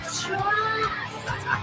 trust